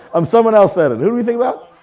um someone else said it, who do we think about?